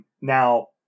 Now